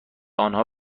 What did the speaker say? آنها